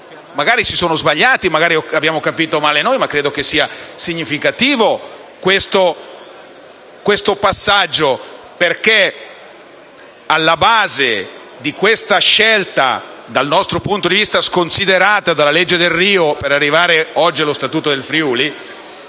Magari si sono sbagliati, o magari abbiamo capito male noi, ma credo sia significativo questo passaggio, perché alla base della scelta, dal nostro punto di vista sconsiderata, della legge Delrio, per arrivare oggi allo Statuto del